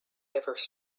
service